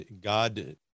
God